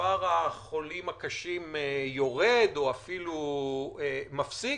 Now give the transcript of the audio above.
שמספר החולים הקשים יורד או אפילו מפסיק,